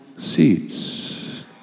seats